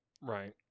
right